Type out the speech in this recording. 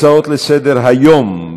הצעות לסדר-היום,